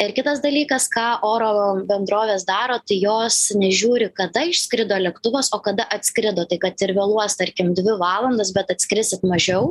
ir kitas dalykas ką oro bendrovės daro tai jos nežiūri kada išskrido lėktuvas o kada atskrido tai kad ir vėluos tarkim dvi valandas bet atskrisit mažiau